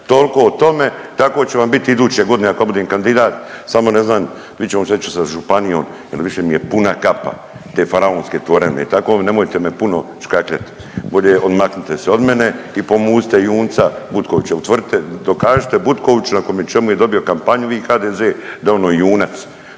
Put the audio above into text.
Toliko o tome, tako će vam bit i iduće godine ako ja budem kandidat, samo ne znam, vidjet ćemo šta ćemo sa županijom jer više mi je puna kapa te faraonske tvorevine i tako, nemojte me puno škakljat. Bolje odmaknite se od mene i pomuzite junca Butkovićevog, utvrdite, dokažite Butkoviću na čemu je dobio kampanju, vi, HDZ da je ono junac,